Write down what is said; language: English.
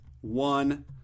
One